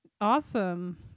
awesome